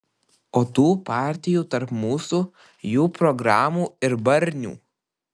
o tų partijų tarp mūsų jų programų ir barnių